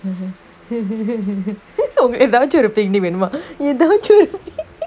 ஒங்க எதாச்சு ஒரு:onga ethaachu oru picnic வேணுமா எதாச்சு ஒரு:venumaa ethaachu oru